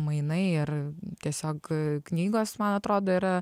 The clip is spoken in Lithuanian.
mainai ar tiesiog knygos man atrodo yra